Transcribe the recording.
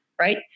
right